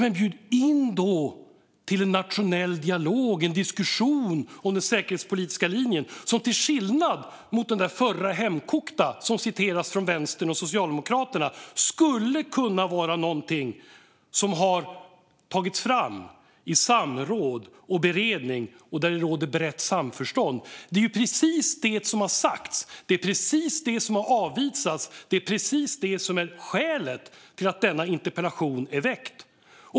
Men bjud då in till en nationell dialog och diskussion om den säkerhetspolitiska linjen som, till skillnad mot den där förra hemkokta som citeras från Vänstern och Socialdemokraterna, skulle kunna vara någonting som tas fram i samråd och i beredning och där det råder brett samförstånd. Det är precis det som har sagts, det är precis det som har avvisats och det är precis det som är skälet till att denna interpellation är väckt.